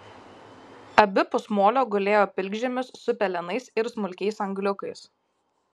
abipus molio gulėjo pilkžemis su pelenais ir smulkiais angliukais